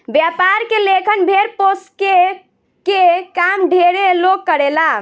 व्यापार के लेखन भेड़ पोसके के काम ढेरे लोग करेला